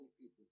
people